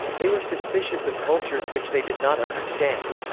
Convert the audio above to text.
they were suspicious of cultures which they did not understand.